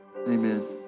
Amen